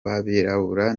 b’abirabura